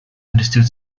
understood